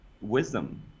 wisdom